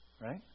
Right